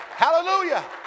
Hallelujah